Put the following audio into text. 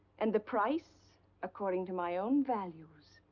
and the price according to my own values.